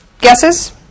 guesses